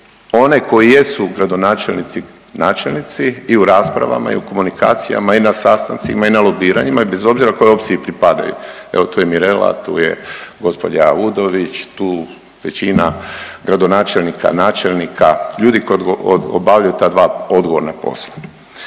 one koji jesu gradonačelnici i načelnici i u raspravama i u komunikacijama i na sastancima i na lobiranjima i bez obzira kojoj opciji pripadaju. Evo tu je Mirela, tu gđa. Udović, tu većina gradonačelnika, načelnika, ljudi koji obavljaju ta dva odgovorna posla.